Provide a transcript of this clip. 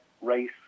race